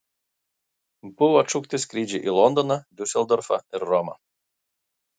buvo atšaukti skrydžiai į londoną diuseldorfą ir romą